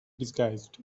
disguised